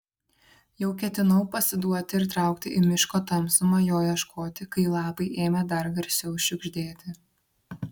jau ketinau pasiduoti ir traukti į miško tamsumą jo ieškoti kai lapai ėmė dar garsiau šiugždėti